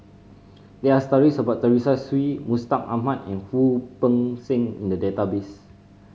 there are stories about Teresa Hsu Mustaq Ahmad and Wu Peng Seng in the database